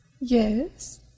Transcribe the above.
Yes